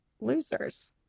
losers